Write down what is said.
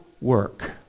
work